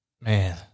Man